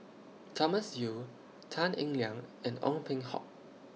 Thomas Yeo Tan Eng Liang and Ong Peng Hock